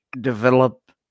develop